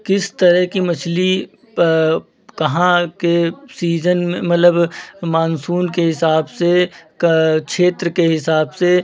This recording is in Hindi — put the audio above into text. किस तरह की मछली कहाँ के सीज़न में मतलब मानसून के हिसाब से क क्षेत्र के हिसाब से